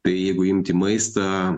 tai jeigu imti maistą